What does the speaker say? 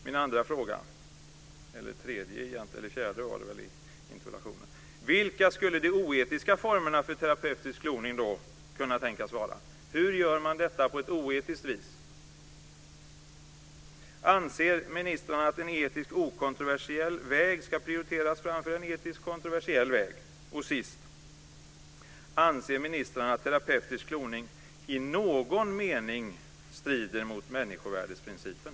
Min andra fråga - det var den tredje eller fjärde i interpellationen - är vilka de oetiska formerna för terapeutisk kloning skulle kunna tänkas vara. Hur gör man detta på ett oetiskt vis? Anser ministern att en etiskt okontroversiell väg ska prioriteras framför en etiskt kontroversiell väg? Och till sist: Anser ministern att terapeutisk kloning i någon mening strider mot människovärdesprincipen?